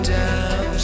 down